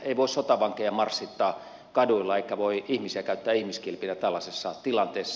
ei voi sotavankeja marssittaa kaduilla eikä voi ihmisiä käyttää ihmiskilpinä tällaisessa tilanteessa